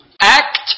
act